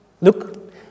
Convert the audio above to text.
Look